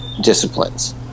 disciplines